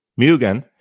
Mugen